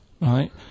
right